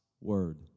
word